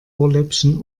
ohrläppchen